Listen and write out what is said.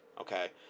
Okay